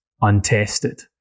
untested